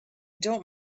don’t